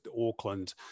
Auckland